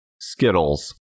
Skittles